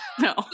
No